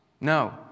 No